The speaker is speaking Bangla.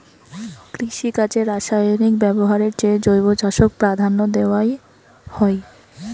কৃষিকাজে রাসায়নিক ব্যবহারের চেয়ে জৈব চাষক প্রাধান্য দেওয়াং হই